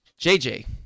jj